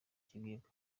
kigega